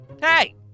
Hey